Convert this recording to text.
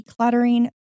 decluttering